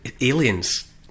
aliens